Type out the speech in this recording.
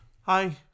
Hi